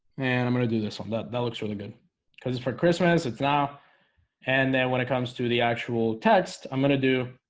and i'm gonna do this um one. that looks really good because it's for christmas it's now and then when it comes to the actual text, i'm gonna do